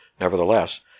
nevertheless